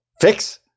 Fix